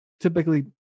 typically